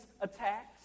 attacks